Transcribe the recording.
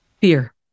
Fear